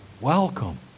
welcome